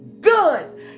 Good